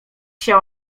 się